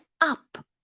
up